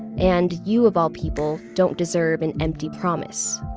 and you of all people don't deserve an empty promise.